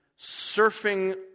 surfing